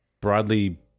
broadly